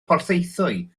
porthaethwy